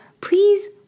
please